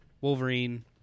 Wolverine